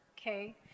Okay